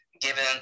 given